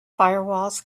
firewalls